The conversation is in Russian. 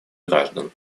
граждан